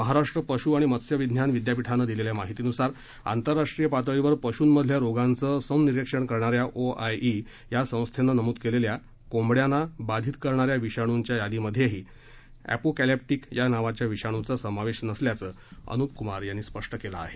महाराष्ट्र पशु आणि मत्स्यविज्ञान विद्यापीठानं दिलेल्या माहितीनुसार आंतरराष्ट्रीय पातळीवार पशूंमधल्या रोगांचं संनिरिक्षण करणाऱ्या ओ आय ई या संस्थेनं नमूद केलेल्या कोबड्यांना बाधित करणाऱ्या विषाणूंच्या यादीमध्येही एपोकॅलिप्टीक या नावाच्या विषाणूचा समावेश नसल्याचं अनुप कुमार यांनी स्पष्ट केलं आहे